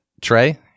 Trey